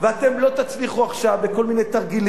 אתם לא תצליחו עכשיו בכל מיני תרגילים,